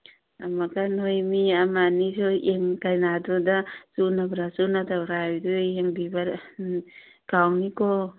ꯅꯣꯏ ꯃꯤ ꯑꯃ ꯑꯅꯤꯁꯨ ꯀꯩꯅꯥꯗꯨꯗ ꯆꯨꯅꯕ꯭ꯔꯥ ꯆꯨꯅꯗꯕ꯭ꯔꯥ ꯍꯥꯏꯕꯗꯨ ꯌꯦꯡꯕꯤꯕ ꯀꯥꯎꯅꯤꯀꯣ